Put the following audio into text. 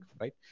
right